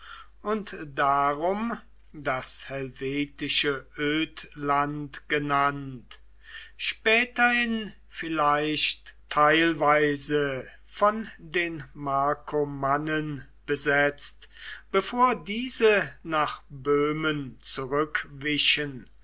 und darum das helvetische ödland genannt späterhin vielleicht teilweise von den markomannen besetzt bevor diese nach böhmen zurückwichen